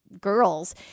girls